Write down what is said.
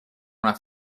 una